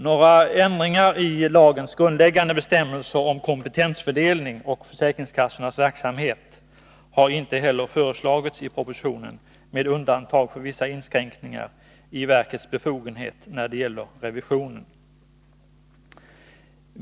Några ändringar i lagens grundläggande bestämmelser om kompetensfördelning och försäkringskassornas verksamhet har inte heller föreslagits i propositionen, med undantag för vissa inskränkningar i verkets befogenhet när det gäller revisionen.